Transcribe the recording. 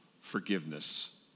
forgiveness